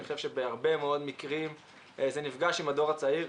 אני חושב שבהרבה מאוד מקרים זה נפגש עם הדור הצעיר.